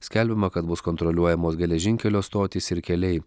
skelbiama kad bus kontroliuojamos geležinkelio stotys ir keliai